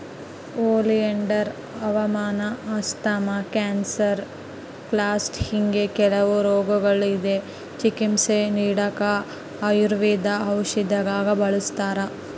oleander ಹೂವಾನ asthma, cancer, ಲಕ್ವಾ ಹಿಂಗೆ ಕೆಲವು ರೋಗಗುಳ್ಗೆ ಚಿಕಿತ್ಸೆ ನೀಡಾಕ ಆಯುರ್ವೇದ ಔಷದ್ದಾಗ ಬಳುಸ್ತಾರ